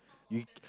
you